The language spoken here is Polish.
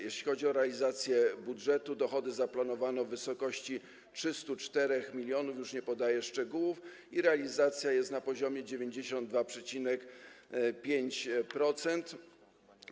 Jeśli chodzi o realizację budżetu, dochody zaplanowano w wysokości 304 mln, już nie podaję szczegółów, i realizacja jest na poziomie 92,5%.